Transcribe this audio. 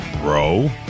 bro